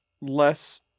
less